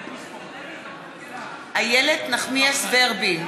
בעד איילת נחמיאס ורבין,